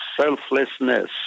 selflessness